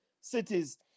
cities